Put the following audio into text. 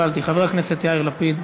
הפניה להסכמה לתרומת אברים בטפסים מקוונים),